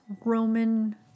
Roman